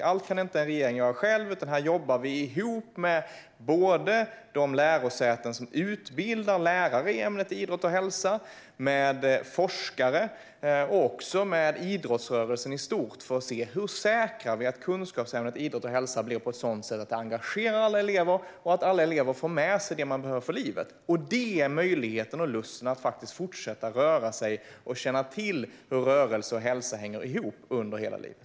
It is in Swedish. Allt kan inte en regering göra själv, utan här jobbar vi ihop med de lärosäten som utbildar lärare i ämnet idrott och hälsa, med forskare och med idrottsrörelsen i stort för att säkra att kunskapsämnet idrott och hälsa engagerar alla elever och att alla elever får med sig det man behöver för livet, nämligen möjligheten och lusten att fortsätta röra sig och att känna till hur rörelse och hälsa hänger ihop under hela livet.